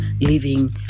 living